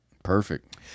perfect